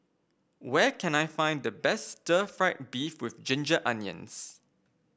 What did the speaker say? where can I find the best Stir Fried Beef with Ginger Onions